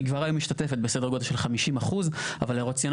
היא כבר היום משתתפת בסדר גודל של 50%. אבל הרציונל